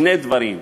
שני דברים.